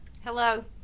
Hello